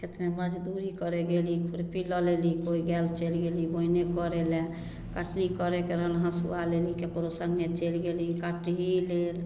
खेतमे मजदूरी करय गेली खुरपी लऽ लेली कोइ गेल चल गेली बोने करय लए करय कटनी करयके रहल हँसुआ लेली केकरो संगे चलि गेली काटे ही लेल